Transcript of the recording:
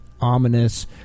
ominous